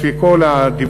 לפי כל הדיווחים,